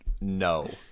no